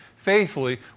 Faithfully